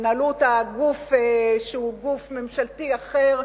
ינהל אותה גוף שהוא גוף ממשלתי אחר,